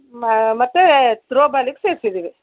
ಮ ಮತ್ತು ತ್ರೋ ಬಾಲಿಗೆ ಸೇರ್ಸಿದ್ದೀವಿ